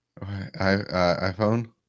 iPhone